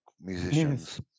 musicians